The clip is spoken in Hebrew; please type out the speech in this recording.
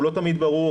הוא לא תמיד ברור,